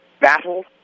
battle